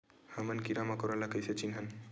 हमन कीरा मकोरा ला कइसे चिन्हन?